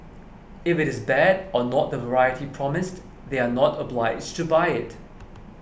if it is bad or not the variety promised they are not obliged to buy it